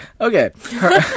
Okay